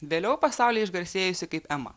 vėliau pasaulyje išgarsėjusi kaip ema